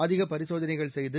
அதிக பரிசோதனைகள் செய்து